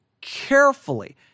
carefully